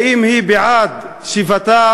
האם היא בעד שיבתם,